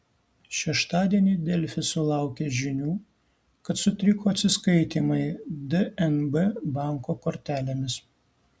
šeštadienį delfi sulaukė žinių kad sutriko atsiskaitymai dnb banko kortelėmis